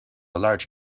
large